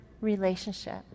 relationship